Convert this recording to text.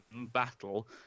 battle